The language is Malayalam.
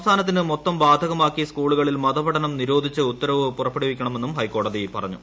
സംസ്ഥാനത്തിന് മൊത്തം ബാധകമാക്കി സ്കൂളുകളിൽ മൃതപഠനം നിരോധിച്ച് ഉത്തരവ് പുറപ്പെടുവിക്കണമെന്നും ഹൈഷ്ക്കോട്ടതി പറഞ്ഞു